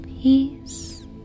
peace